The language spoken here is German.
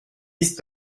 ist